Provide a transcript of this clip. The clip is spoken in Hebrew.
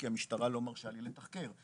כי המשטרה לא מרשה לי לתחקר,